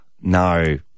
no